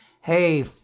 hey